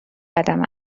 قدم